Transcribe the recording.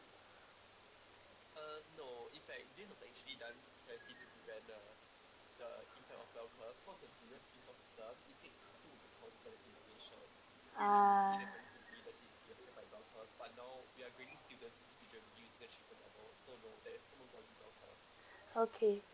ah okay